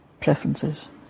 preferences